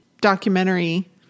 documentary